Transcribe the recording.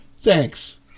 Thanks